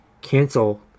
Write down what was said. cancel